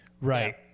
Right